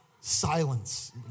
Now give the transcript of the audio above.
silence